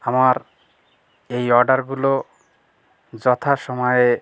আমার এই অর্ডারগুলো যথাসমায়ে